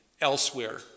elsewhere